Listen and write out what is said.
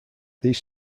these